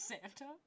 Santa